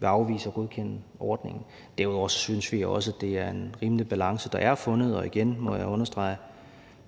vil afvise at godkende ordningen. Derudover synes vi også, at det er en rimelig balance, der er fundet. Og igen må jeg understrege det,